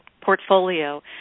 portfolio